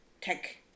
tech